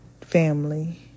family